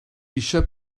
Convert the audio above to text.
eisiau